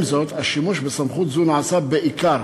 עם זאת, השימוש בסמכות זו נעשה בעיקר